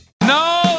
No